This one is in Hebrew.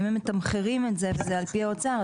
אם הם מתמחרים את זה וזה על פי האוצר,